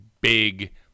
big –